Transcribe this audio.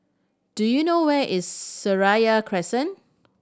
do you know where is Seraya Crescent